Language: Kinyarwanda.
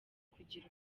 kugira